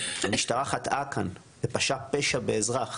המשטרה חטאה כאן ופשעה פשע באזרח